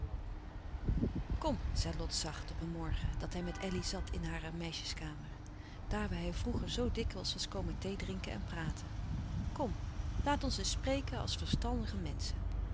kom zei lot zacht op een morgen dat hij met elly zat in hare meisjes zitkamer daar waar hij vroeger zoo dikwijls was komen theedrinken en praten kom laat ons eens spreken als verstandige menschen